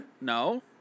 No